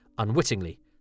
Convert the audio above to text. unwittingly